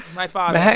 my father